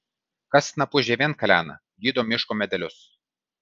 kas snapu žievėn kalena gydo miško medelius